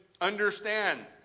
understand